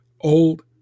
old